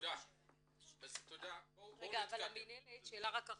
רגע אבל שאלה אחרונה,